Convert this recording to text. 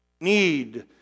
need